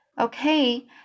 Okay